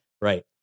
Right